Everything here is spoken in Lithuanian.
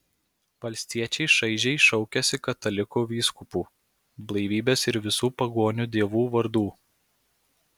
valstiečiai šaižiai šaukiasi katalikų vyskupų blaivybės ir visų pagonių dievų vardų